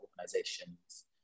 organizations